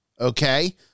okay